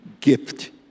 gift